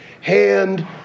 hand